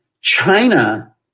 China